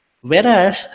Whereas